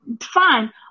fine